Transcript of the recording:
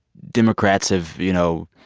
democrats have, you know,